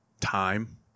time